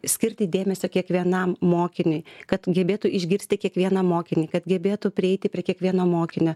skirti dėmesio kiekvienam mokiniui kad gebėtų išgirsti kiekvieną mokinį kad gebėtų prieiti prie kiekvieno mokinio